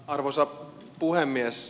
arvoisa puhemies